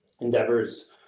endeavors